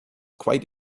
quite